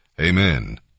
Amen